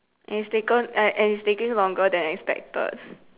and it's taken and it's taking longer than expected